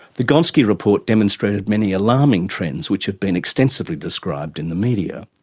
the gonski report demonstrated many alarming trends which have been extensively described in the media.